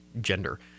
gender